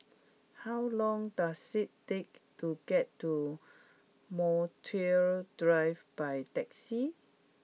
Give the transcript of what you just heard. how long does it take to get to Montreal Drive by taxi